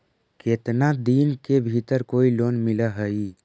केतना दिन के भीतर कोइ लोन मिल हइ?